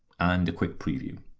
and a quick preview.